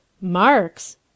marks